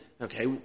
okay